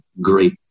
Great